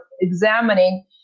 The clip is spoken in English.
examining